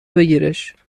بگیرش